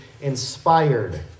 inspired